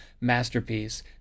masterpiece